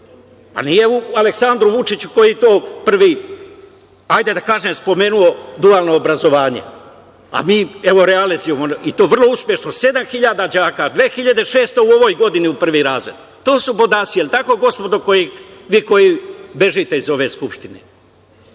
a nije u Aleksandru Vučiću koji je to prvi, hajde da kažem, spomenuo, dualno obrazovanje. Mi evo realizujemo i to vrlo uspešno, sedma hiljada đaka, 2.600 u ovoj godini u prvi razred. To su podaci, jel tako gospodo vi koji bežite iz ove Skupštine.